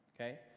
Okay